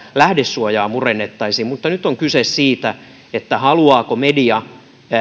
lähdesuojaa murennettaisiin mutta nyt on kyse siitä haluaako media